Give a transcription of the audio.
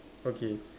okay